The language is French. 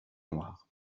noir